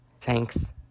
Thanks